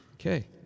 Okay